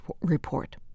report